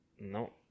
No